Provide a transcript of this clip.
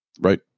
Right